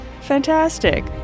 Fantastic